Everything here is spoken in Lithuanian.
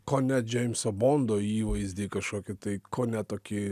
ko ne džeimso bondo įvaizdį kažkokį tai ko ne tokį